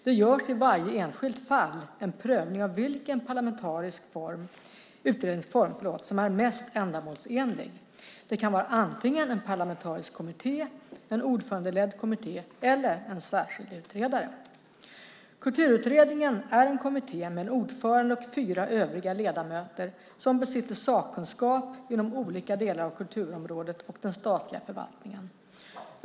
Det görs i varje enskilt fall en prövning av vilken utredningsform som är mest ändamålsenlig. Det kan vara antingen en parlamentarisk kommitté, en ordförandeledd kommitté eller en särskild utredare. Kulturutredningen är en kommitté med en ordförande och fyra övriga ledamöter som besitter sakkunskap inom olika delar av kulturområdet och den statliga förvaltningen.